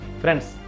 Friends